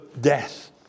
death